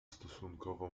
stosunkowo